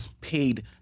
paid